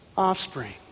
offspring